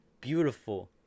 beautiful